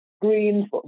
Green